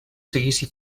seguici